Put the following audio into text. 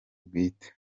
bwite